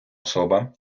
особа